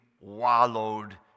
wallowed